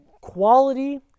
Quality